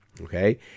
okay